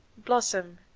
blossom,